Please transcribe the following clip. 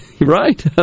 right